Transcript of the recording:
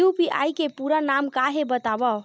UPI के पूरा नाम का हे बतावव?